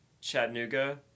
Chattanooga